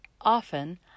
Often